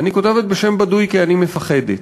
אני כותבת בשם בדוי כי אני מפחדת.